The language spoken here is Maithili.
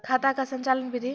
खाता का संचालन बिधि?